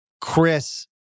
Chris